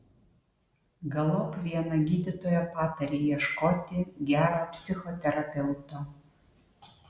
galop viena gydytoja patarė ieškoti gero psichoterapeuto